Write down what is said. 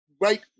Right